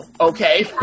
okay